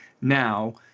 now